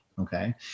Okay